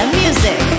music